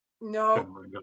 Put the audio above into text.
no